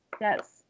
yes